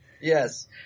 Yes